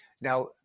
Now